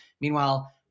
Meanwhile